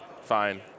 fine